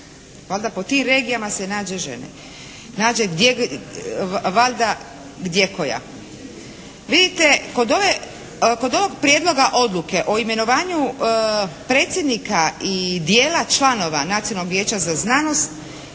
Valjda po tim regijama se nađe žene, nađe valjda gdje koja. Vidite kod ove, kod ovog prijedloga odluke o imenovanju predsjednika i dijela članova Nacionalnog